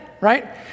right